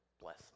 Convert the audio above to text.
bless